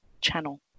channel